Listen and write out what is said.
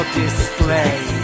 display